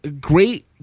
great